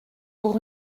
pour